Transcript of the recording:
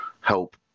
help